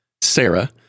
Sarah